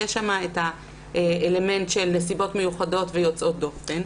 יהיה שם את האלמנט של נסיבות מיוחדות ויוצאות דופן.